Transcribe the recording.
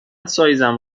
سایزم